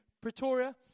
Pretoria